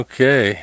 Okay